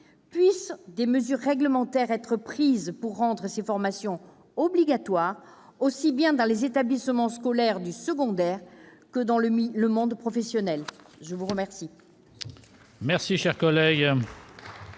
Puissent des mesures réglementaires être prises pour rendre ces formations obligatoires, aussi bien dans les établissements scolaires du secondaire que dans le monde professionnel ! La parole